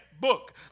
Book